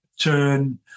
turn